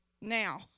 Now